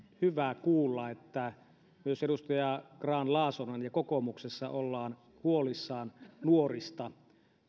hyvä kuulla että myös edustaja grahn laasonen on ja kokoomuksessa ollaan huolissaan nuorista